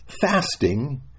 fasting